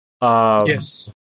Yes